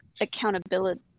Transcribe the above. accountability